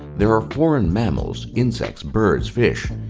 there are foreign mammals, insects, birds, fish,